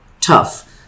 tough